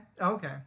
Okay